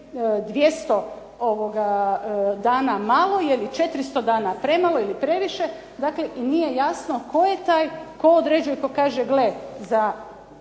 200 dana malo? Je li 400 dana premalo ili previše? Dakle i nije jasno tko je taj koji određuje, koji kaže gle za